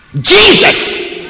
jesus